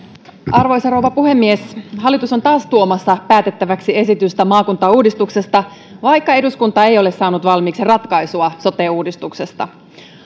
arvoisa rouva puhemies hallitus on taas tuomassa päätettäväksi esitystä maakuntauudistuksesta vaikka eduskunta ei ole saanut valmiiksi ratkaisua sote uudistuksesta